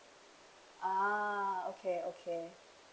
ah okay okay